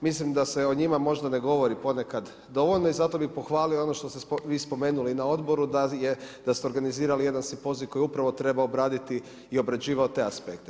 Mislim da se o njima možda ne govori ponekad dovoljno i zato bi pohvalio ono što ste vi spomenuli na odboru, da ste organizirali jedan … koji je upravo trebao obraditi i obrađivao te aspekte.